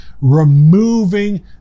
removing